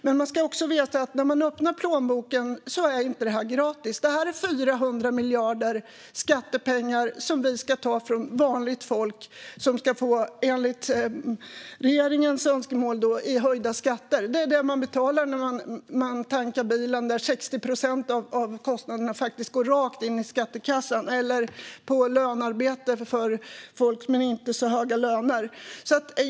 Men man ska också veta när man öppnar plånboken att detta inte är gratis. Detta är 400 miljarder i skattepengar som vi ska ta från vanligt folk, som enligt regeringens önskemål då ska få höjda skatter. Det är det man betalar när man tankar bilen, där 60 procent av kostnaden faktiskt går rakt in i skattekassan. Det tas också från lönearbete för folk med inte så höga löner.